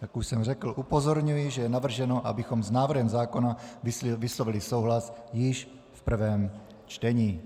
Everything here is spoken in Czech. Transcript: Jak už jsem řekl, upozorňuji, že je navrženo, abychom s návrhem zákona vyslovili souhlas již v prvém čtení.